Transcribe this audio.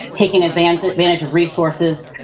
taking advantage advantage of resources,